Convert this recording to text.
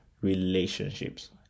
relationships